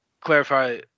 clarify